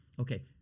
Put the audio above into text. okay